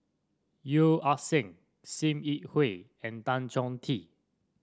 Yeo Ah Seng Sim Yi Hui and Tan Chong Tee